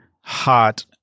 hot